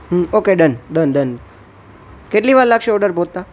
okay done done done કેટલી વાર લાગશે ઓડર પહોંચતા